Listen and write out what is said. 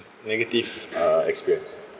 negative uh experience